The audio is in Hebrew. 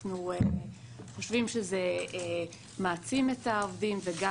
אנחנו חושבים שזה מעצים את העובדים וגם